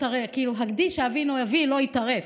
הגדי שאבינו יביא לא ייטרף,